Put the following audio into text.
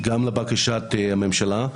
גם לבקשת הממשלה,